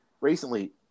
recently